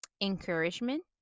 encouragement